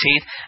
teeth